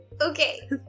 okay